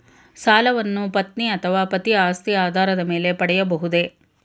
ಸಾಲವನ್ನು ಪತ್ನಿ ಅಥವಾ ಪತಿಯ ಆಸ್ತಿಯ ಆಧಾರದ ಮೇಲೆ ಪಡೆಯಬಹುದೇ?